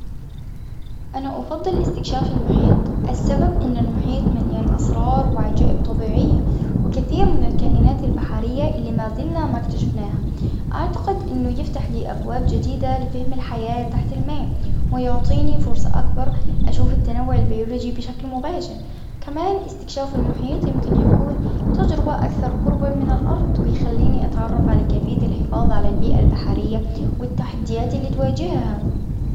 أنا أفضل إستكشاف المحيط. السبب أن المحيط مليان أسرار وعجائب طبيعية، وكثير من الكائنات البحرية اللي ما زلنا ما اكتشفناها أعتقد أنه يفتح لي أبواب جديدة لفهم الحياة تحت الماءأ ويعطيني فرصة أكبر، أشوف التنوع البيولوجي بشكل مباشر، كمان أستكشاف المحيط يمكن يكون تجربة أكثر قربا من الأرض ويخليني أتعرف على كيفية الحفاظ على البيئة البحرية والتحديات اللي تواجهها.